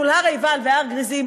מול הר-עיבל והר-גריזים.